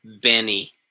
Benny